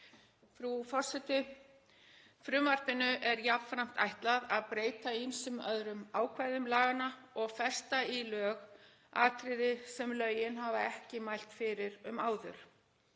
kostnaði. Frumvarpinu er jafnframt ætlað að breyta ýmsum öðrum ákvæðum laganna og festa í lög atriði sem lögin hafa ekki mælt fyrir um áður.